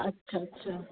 अच्छा अच्छा